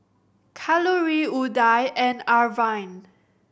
Kalluri Udai and Arvind